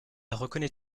reconnaît